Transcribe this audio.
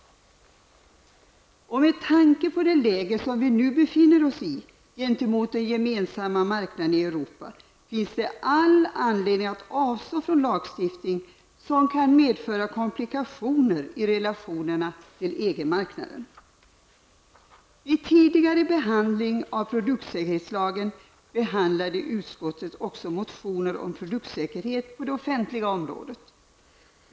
Med tanke på det läge som vi nu befinner oss i gentemot den gemensamma marknaden i Europa finns det all anledning att avstå från en lagstiftning som kan medföra komplikationer i relationerna till EG Vid tidigare behandling av produktsäkerhetslagen tog utskottet också upp motioner om produktsäkerhet på det offentliga området.